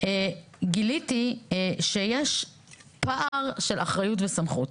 גיליתי שיש פער של אחריות וסמכות.